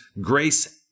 Grace